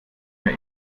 mir